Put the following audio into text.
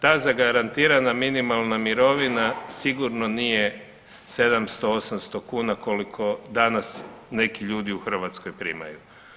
Ta zagarantirana minimalna mirovina sigurno nije 700, 800 kuna koliko danas neki ljudi u Hrvatskoj primaju.